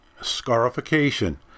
Scarification